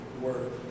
word